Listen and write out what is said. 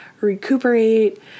recuperate